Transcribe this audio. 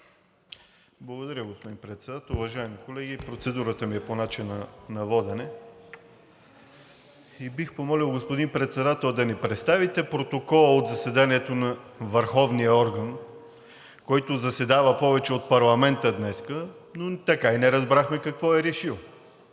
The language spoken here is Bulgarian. Благодаря, господин Председател. Уважаеми колеги, процедурата ми е по начина на водене. Бих помолил, господин Председател, да ни представите протокола от заседанието на върховния орган, който заседава повече от парламента днес, но така и не разбрахме какво е решил.